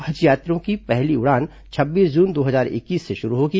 हज यात्रियों की पहली उड़ान छब्बीस जून दो हजार इक्कीस से शुरू होगी